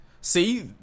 See